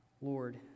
Lord